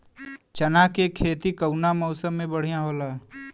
चना के खेती कउना मौसम मे बढ़ियां होला?